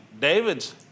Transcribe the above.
David's